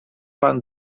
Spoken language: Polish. pan